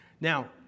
Now